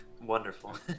Wonderful